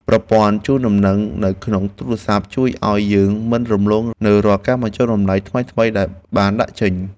ប្រព័ន្ធជូនដំណឹងនៅក្នុងទូរស័ព្ទជួយឱ្យយើងមិនរំលងនូវរាល់ការបញ្ចុះតម្លៃថ្មីៗដែលបានដាក់ចេញ។